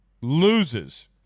loses